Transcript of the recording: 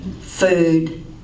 food